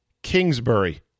Kingsbury